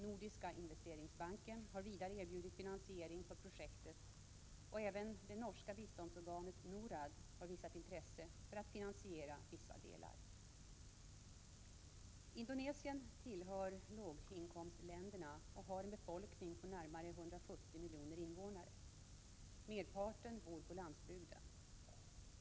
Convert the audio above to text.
Nordiska investeringsbanken har vidare erbjudit finansiering för projektet och även det norska biståndsorganet NORAD har visat intresse för att finansiera vissa delar. Indonesien tillhör låginkomstländerna och har en befolkning på närmare 170 miljoner invånare. Merparten bor på landsbygden.